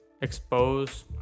expose